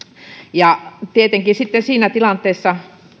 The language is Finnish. ja tietenkin sitten siinä tilanteessa